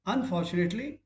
Unfortunately